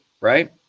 right